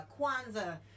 Kwanzaa